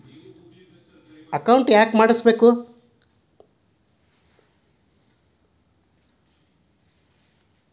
Account ಯಾಕ್ ಮಾಡಿಸಬೇಕು?